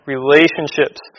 relationships